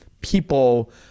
people